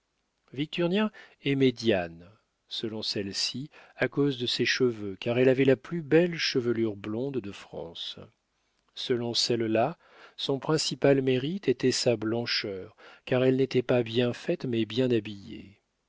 victurnien aimait diane selon celle-ci à cause de ses cheveux car elle avait la plus belle chevelure blonde de france selon celle-là son principal mérite était sa blancheur car elle n'était pas bien faite mais bien habillée